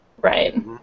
Right